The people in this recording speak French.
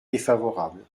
défavorable